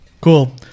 Cool